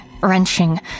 wrenching